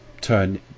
turn